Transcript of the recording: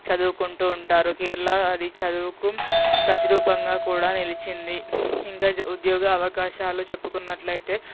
చదువుకుంటూ ఉంటారు కేరళ అది చదువుకు ప్రతిరూపంగా కూడా నిలిచింది ఇంకా ఉద్యోగ అవకాశాలు చెప్పుకున్నట్లైతే